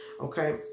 okay